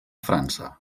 frança